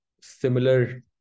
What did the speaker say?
similar